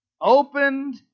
opened